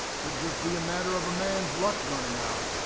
could just be a matter of a man's luck running out.